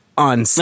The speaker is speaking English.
On